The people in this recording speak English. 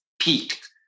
peaked